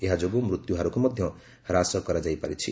ଏହାଯୋଗୁଁ ମୃତ୍ୟୁହାରକୁ ମଧ୍ୟ ହ୍ରାସ କରାଯାଇ ପାରିଛି